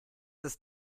ist